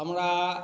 हमरा